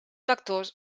vectors